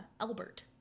Albert